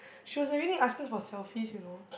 she was already asking for selfie you know